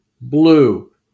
blue